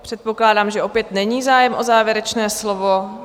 Předpokládám, že opět není zájem o závěrečné slovo.